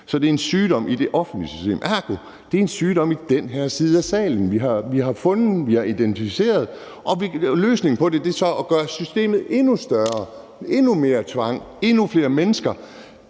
Så det er en sygdom i det offentlige system, ergo: Det er en sygdom i den her side af salen, vi har fundet og identificeret. Og løsningen på det er så at gøre systemet endnu større, indføre endnu mere tvang, endnu flere mennesker.